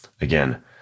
again